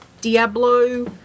Diablo